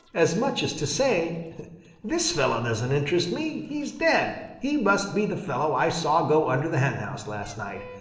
as much as to say this fellow doesn't interest me. he's dead. he must be the fellow i saw go under the henhouse last night.